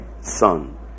son